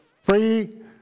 free